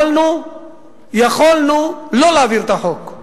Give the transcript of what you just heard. יכולנו לא להעביר את החוק,